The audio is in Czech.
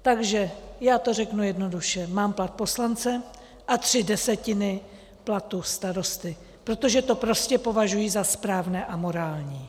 Takže já to řeknu jednoduše: mám plat poslance a tři desetiny platu starosty, protože to prostě považují za správné a morální.